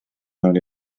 mewn